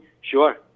sure